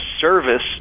service